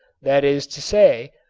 that is to say,